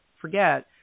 forget